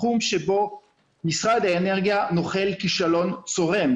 תחום שבו משרד האנרגיה נוחל כישלון צורם.